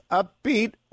upbeat